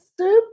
soup